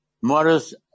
Morris